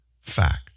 fact